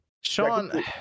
Sean